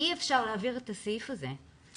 אי אפשר להעביר את הסעיף הזה.